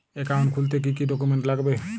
Account খুলতে কি কি ডকুমেন্ট লাগবে?